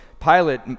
Pilate